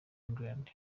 england